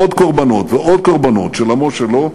עוד קורבנות ועוד קורבנות של עמו שלו.